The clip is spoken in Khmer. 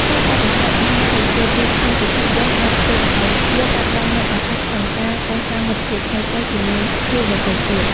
ការបដិសេធអាហារដែលគេជូនក្នុងពិធីបុណ្យអាចធ្វើឱ្យយើងបាត់បង់នូវឱកាសក្នុងការកសាងមិត្តភាពថ្មីៗជាមួយភ្ញៀវដទៃទៀត។